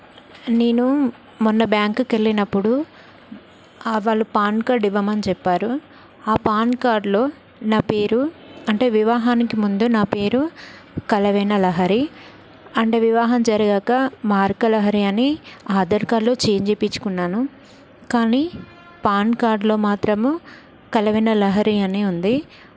నేను మొన్న బ్యాంక్కు వెళ్ళినప్పుడు వాళ్ళు పాన్ కార్డ్ ఇవ్వమని చెప్పారు ఆ పాన్కార్డ్లో నా పేరు అంటే వివాహానికి ముందు నా పేరు కలవేణ లహరి అంటే వివాహం జరిగాక మార్క లహరి అని ఆధార్కార్డ్లో ఛేంజ్ చేయించుకున్నాను కానీ పాన్ కార్డ్లో మాత్రం కలవేణ లహరి అనే ఉంది